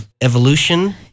evolution